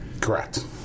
Correct